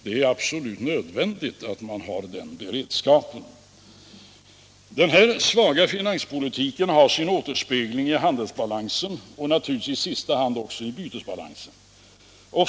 Det är absolut nödvändigt att man har den beredskapen. Den svaga finanspolitiken återspeglas i handelsbalansen och naturligtvis i sista hand också i bytesbalansen.